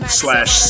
slash